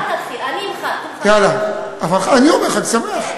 אל תתחיל, אני, אני אומר חג שמח.